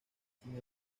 sin